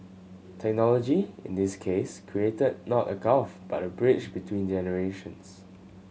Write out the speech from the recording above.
technology in this case created not a gulf but a bridge between generations